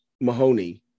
Mahoney